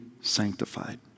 sanctified